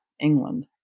England